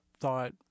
thought